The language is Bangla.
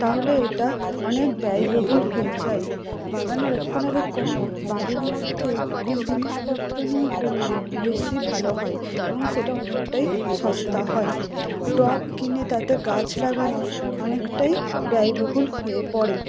তাহলে এটা অনেক ব্যয়বহুল হয়ে যায় বাগানে রক্ষণাবেক্ষণ বাড়ির মধ্যেই বাড়ির জিনিসপত্র নিয়ে করলে বেশি ভালো হয় এবং সেটা অনেকটাই সস্তা হয় টব কিনে তাতে গাছ লাগানো অনেকটাই ব্যয়বহুল হয়ে পড়ে